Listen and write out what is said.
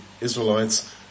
Israelites